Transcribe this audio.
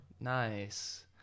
nice